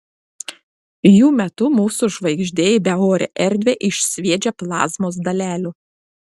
jų metu mūsų žvaigždė į beorę erdvę išsviedžia plazmos dalelių